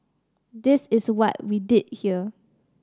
this is what we did here